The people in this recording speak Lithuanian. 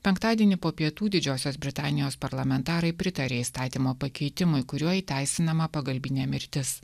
penktadienį po pietų didžiosios britanijos parlamentarai pritarė įstatymo pakeitimui kuriuo įteisinama pagalbinė mirtis